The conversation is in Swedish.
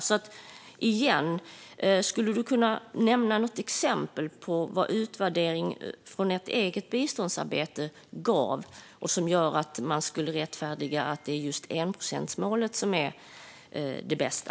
Jag frågar igen: Skulle du kunna nämna något exempel på utvärdering av ert eget biståndsarbete som gör att man kan rättfärdiga enprocentsmålet som det bästa?